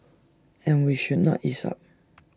and we should not ease up